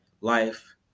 life